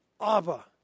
Abba